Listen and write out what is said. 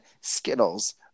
Skittles